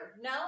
No